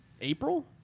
April